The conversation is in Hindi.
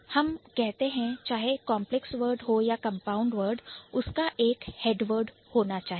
हम कहते हैं कि चाहे Complex Word हो या Compound Word उसका एक Head Word हेडवर्ड होना चाहिए